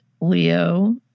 Leo